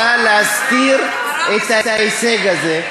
ומישהו רצה להסתיר את ההישג הזה,